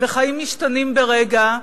וחיים משתנים ברגע,